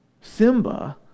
Simba